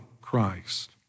Christ